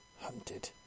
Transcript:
hunted